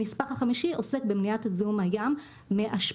הנספח החמישי עוסק במניעת זיהום הים מאשפה.